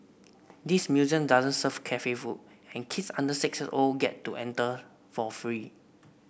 this museum doesn't serve cafe food and kids under six years old get to enter for free